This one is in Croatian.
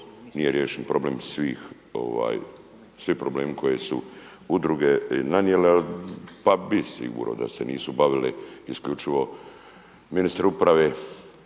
nije riješen problem svih, svi problemi koje su udruge nanijele. Pa bi sigurno da se nisu bavili isključivo ministar uprave